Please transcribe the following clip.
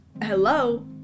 Hello